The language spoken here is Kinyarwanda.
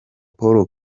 paul